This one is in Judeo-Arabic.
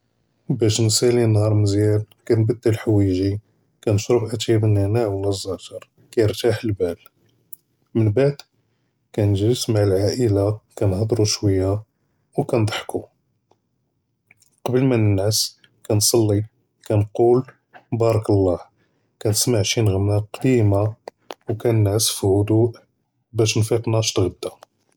בַּאש נְצִילִי נְהַאר מְזְיָּאן כַּנְבְדֵל חְוַאיְגִי כַּנְשְרַב אַטַאי בַּנְנַעַא וּמַא זַהַר קֵירְתַاح הַבַּל מִנְבְעְד כַּנְגְלֵס מַעַ הַעַא'ילַה כַּנְהַדְרוּ שְוַיָּה וְכַנְדַחְקוּ קְבַּל מַא נִנְעַס כַּנְצַלִי כַּנְקוּל בָּארַק אֱלָּה כַּנְסַמְע שִי נַעְמַה קְדִימָה וְכַנְנְעַס פִי הֻדוּء בַּאש נְפִיק נַאְשֵט גַדָא.